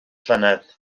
llynedd